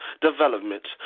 development